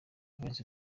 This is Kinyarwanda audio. valens